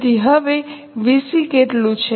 તેથી હવે વીસી કેટલું છે